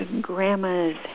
grandma's